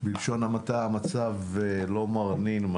בלשון המעטה, המצב לא מרנין.